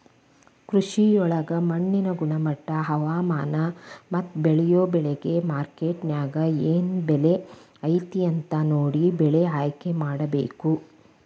ಕೃಷಿಯೊಳಗ ಮಣ್ಣಿನ ಗುಣಮಟ್ಟ, ಹವಾಮಾನ, ಮತ್ತ ಬೇಳಿಯೊ ಬೆಳಿಗೆ ಮಾರ್ಕೆಟ್ನ್ಯಾಗ ಏನ್ ಬೆಲೆ ಐತಿ ಅಂತ ನೋಡಿ ಬೆಳೆ ಆಯ್ಕೆಮಾಡಬೇಕು